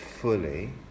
fully